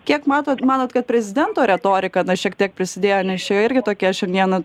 kiek matot manot kad prezidento retorika na šiek tiek prisidėjo nes čia irgi tokia šiandieną